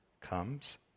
comes